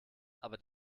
aber